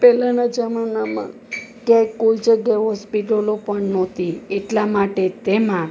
પહેલાંના જમાનામાં કે કોઈ જગ્યા હોસ્પિટલો પણ નહોતી એટલાં માટે તેમાં